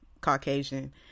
Caucasian